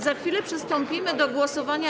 Za chwilę przystąpimy do głosowania.